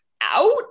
out